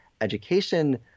education